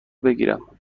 بگیرم